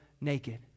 naked